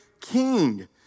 king